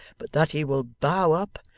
but that he will bow up,